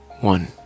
one